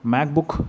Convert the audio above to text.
MacBook